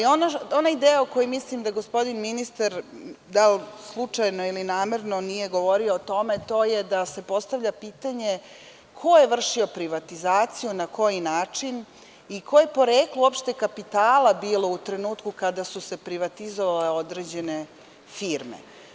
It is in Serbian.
Onaj deo o kome mislim da gospodin ministar dal slučajno ili namerno nije govorio je da se postavlja pitanje – ko je vršio privatizaciju, na koji način i koje je poreklo kapitala bilo u trenutku kada su se privatizovale određene firme?